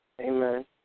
Amen